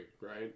right